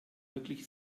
wirklich